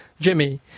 Jimmy